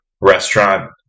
restaurant